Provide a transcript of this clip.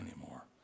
anymore